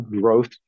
growth